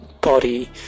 body